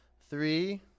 Three